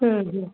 ಹ್ಞೂ ಹ್ಞೂ